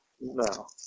No